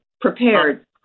prepared